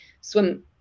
swim